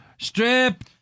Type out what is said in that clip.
Strip